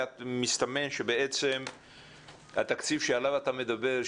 דודי אנחנו לאט לאט מסתמן שבעצם התקציב שעליו אתה מדבר,